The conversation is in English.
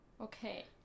Okay